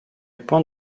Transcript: point